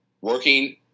working